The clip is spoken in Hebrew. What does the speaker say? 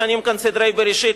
משנים כאן סדרי בראשית,